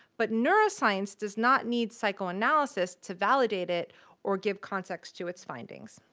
but neuroscience does not need psychoanalysis to validate it or give context to its findings.